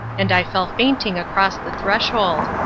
and i fell fainting across the threshold.